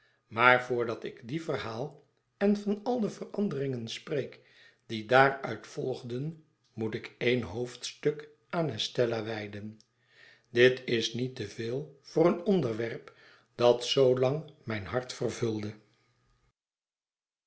maar voordat ik die verhaal en van al de veranderingen spreek die daaruit volgden moet ik een hoofdstuk aan estella wijden dit is niet te veel voor een onderwerp dat zoo lang mijn hart vervulde